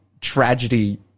tragedy